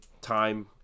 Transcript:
time